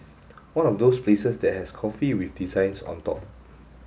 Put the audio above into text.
one of those places that has coffee with designs on dog